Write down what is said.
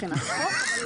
מבחינת החוק.